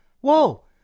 whoa